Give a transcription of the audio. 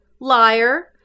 Liar